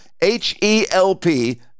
H-E-L-P